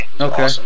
Okay